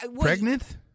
Pregnant